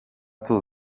του